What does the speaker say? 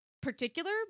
particular